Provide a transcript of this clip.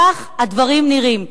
כך הדברים נראים.